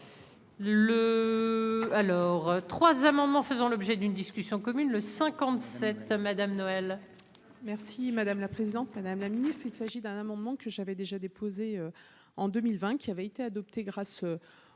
Alors 3 amendements faisant l'objet d'une discussion commune le 57 madame Noël. Merci madame la présidente, madame la ministre, il s'agit d'un amendement que j'avais déjà déposé en 2020, qui avait été adopté grâce